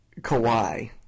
Kawhi